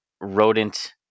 rodent